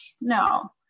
no